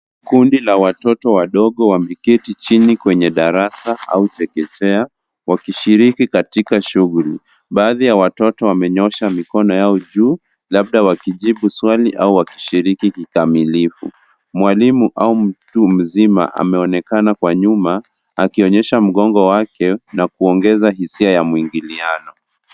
Kundi la watoto wadogo wameketi chini kwenye darasa au chekechea wakishiriki katika shughuli. Baadhi ya watoto wamenyosha mikono yao juu labdi wakijibu swali au wakishiriki kikamilivu. Mwalimu au mtu mzima ameonekana kwa nyuma akionyesha mgongo wake na kuongeza hisia ya mwingiliano.